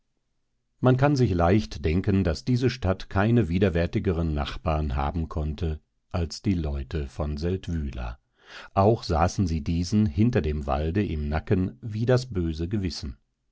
man kann sich leicht denken daß diese stadt keine widerwärtigeren nachbaren haben konnte als die leute von seldwyla auch saßen sie diesen hinter dem walde im nacken wie das böse gewissen